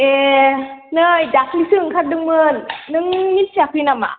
ए नै दाखालिसो ओंखारदोंमोन नों मिनथियाखै नामा